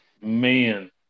man